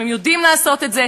בואו נפסיק עם השיח המתבהם הזה,